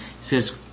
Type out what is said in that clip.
says